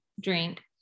drink